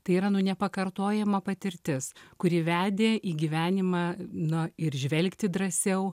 tai yra nu nepakartojama patirtis kuri vedė į gyvenimą na ir žvelgti drąsiau